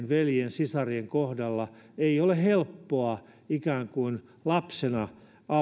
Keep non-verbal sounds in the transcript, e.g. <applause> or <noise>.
<unintelligible> veljien sisarien kohdalla ei ole helppoa lapsena